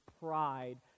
pride